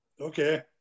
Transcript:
Okay